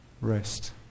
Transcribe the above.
rest